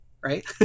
right